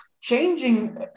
changing